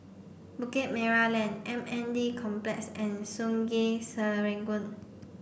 Bukit Merah Lane M N D Complex and Sungei Serangoon